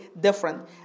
different